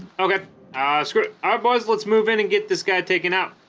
okay ah so ah boys let's move in and get this guy taken out